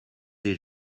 des